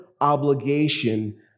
obligation